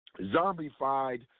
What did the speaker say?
zombified